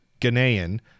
Ghanaian